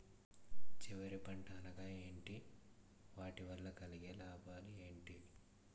చివరి పంట అనగా ఏంటి వాటి వల్ల కలిగే లాభాలు ఏంటి